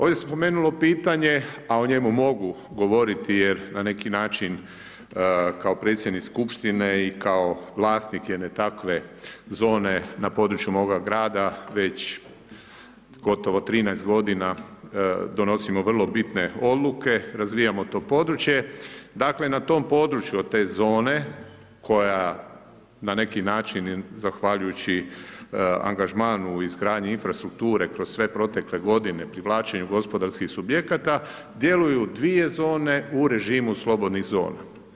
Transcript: Ovdje se spomenulo pitanje, a o njemu mogu govoriti jer na neki način kao predsjednik Skupštine i kao vlasnik jedne takve zone na području moga grada već gotovo 13 godina, donosimo vrlo bitne odluke, razvijamo to područje, dakle, na tom području od te zone koja na neki način i zahvaljujući angažmanu u izgradnji infrastrukture kroz sve protekle godine, privlačenju gospodarskih subjekata, djeluju dvije zone u režimu slobodnih zona.